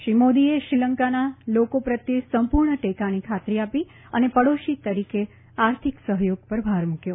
શ્રી મોદીએ શ્રીલંકાના લોકો પ્રત્યે સંપુર્ણ ટેકાની ખાતરી આપી અને પડોશી તરીકે આર્થિક સહયોગ પર ભાર મુકયો